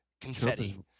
confetti